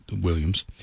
Williams